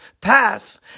path